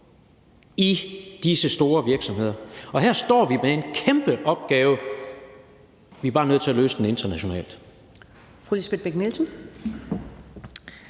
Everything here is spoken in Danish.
i disse store virksomheder. Her står vi med en kæmpe opgave; vi er bare nødt til at løse den internationalt.